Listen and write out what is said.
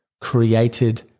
created